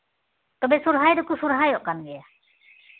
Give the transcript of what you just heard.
ᱛᱚᱵᱮ ᱥᱚᱨᱦᱟᱭ ᱫᱚᱠᱚ ᱥᱚᱨᱦᱟᱭᱚᱜ ᱠᱟᱱ ᱜᱮᱭᱟ